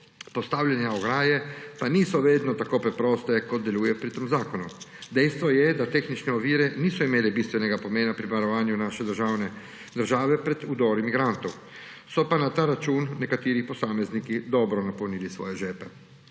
postavljanja ograje pa niso vedno tako preproste, kot deluje pri tem zakonu. Dejstvo je, da tehnične ovire niso imele bistvenega pomena pri varovanju naše države pred vdori migrantov, so pa na ta račun nekateri posamezniki dobro napolnili svoje žepe.